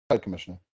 Commissioner